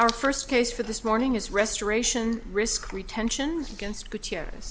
our first case for this morning is restoration risk retentions against that ye